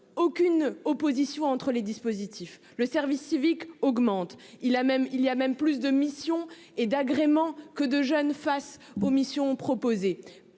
aucune opposition entre les dispositifs le service civique augmente. Il a même, il y a même plus de missions et d'agrément que de jeunes face vos missions proposées.